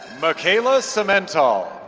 michaela simental